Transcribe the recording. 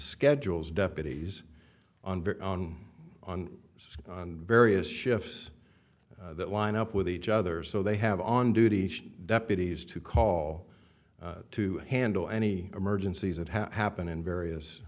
schedules deputies on their own on various shifts that line up with each other so they have on duty deputies to call to handle any emergencies that have happened in various